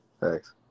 Thanks